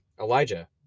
Elijah